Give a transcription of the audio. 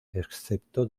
excepto